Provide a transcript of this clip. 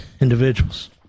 individuals